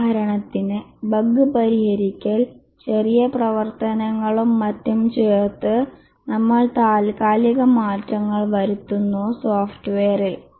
ഉദാഹരണത്തിന് ബഗ് പരിഹരിക്കൽ ചെറിയ പ്രവർത്തനങ്ങളും മറ്റും ചേർത്ത് നമ്മൾ താൽക്കാലിക മാറ്റങ്ങൾ വരുത്തുന്നു സോഫ്റ്റ്വെയറിൽ